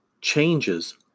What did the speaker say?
changes